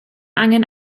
angen